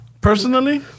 personally